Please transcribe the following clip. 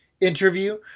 interview